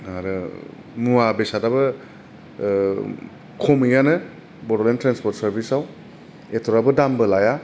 आरो मुवा बेसादआबो खमैआनो बड'लेण्ड ट्रानसपर्ट सारभिसआव एथराबो दामबो लाया